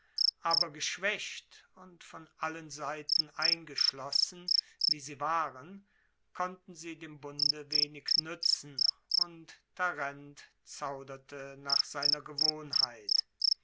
aber geschwaecht und von allen seiten eingeschlossen wie sie waren konnten sie dem bunde wenig nuetzen und tarent zauderte nach seiner gewohnheit